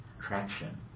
traction